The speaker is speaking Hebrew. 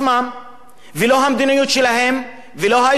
לא את המדיניות שלהם ולא את האידיאולוגיה שלהם,